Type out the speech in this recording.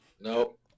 Nope